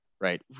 right